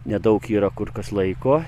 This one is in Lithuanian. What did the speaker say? nedaug yra kur kas laiko